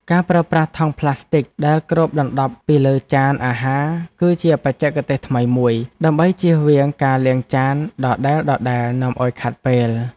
ការប្រើប្រាស់ថង់ប្លាស្ទិចដែលគ្របដណ្ដប់ពីលើចានអាហារ គឺជាបច្ចេកទេសថ្មីមួយដើម្បីជៀសវាងការលាងចានដដែលៗនាំឱ្យខាតពេល។